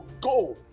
go